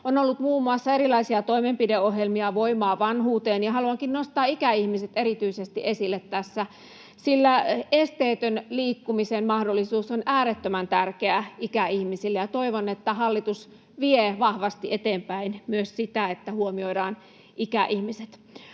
On ollut muun muassa erilaisia toimenpideohjelmia, Voimaa vanhuuteen. Haluankin nostaa ikäihmiset erityisesti esille tässä, sillä esteetön liikkumisen mahdollisuus on äärettömän tärkeää ikäihmisille, ja toivon, että hallitus vie vahvasti eteenpäin myös sitä, että huomioidaan ikäihmiset.